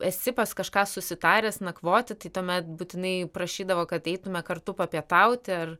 esi pas kažką susitaręs nakvoti tai tuomet būtinai prašydavo kad eitume kartu papietauti ar